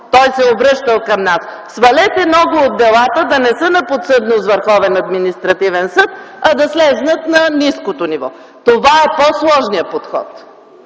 Той се е обръщал към нас – свалете много от делата да не са на подсъдност във Върховния административен съд, а да слязат на ниското ниво. Това е по-сложният подход